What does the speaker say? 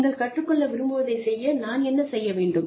நீங்கள் கற்றுக்கொள்ள விரும்புவதைச் செய்ய நான் என்ன செய்ய வேண்டும்